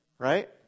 Right